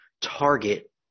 target